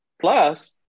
Plus